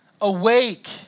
Awake